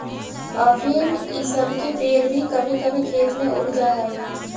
अफीम इ सब के पेड़ भी कभी कभी खेत में उग जा हई